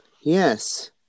yes